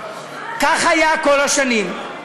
כך היה כל השנים.